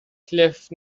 cliff